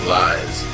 lies